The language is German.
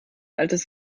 altes